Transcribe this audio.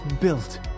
built